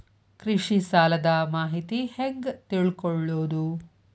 ಕೃಷಿ ಸಾಲದ ಮಾಹಿತಿ ಹೆಂಗ್ ತಿಳ್ಕೊಳ್ಳೋದು?